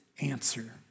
answer